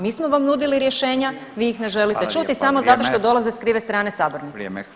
Mi smo vam nudili rješenja, vi ih ne želite čuti [[Upadica Radin: Hvala lijepa, vrijeme.]] samo zato što dolaze s krive strane sabornice.